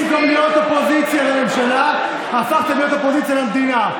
במקום להיות אופוזיציה לממשלה הפכתם להיות אופוזיציה למדינה.